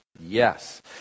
yes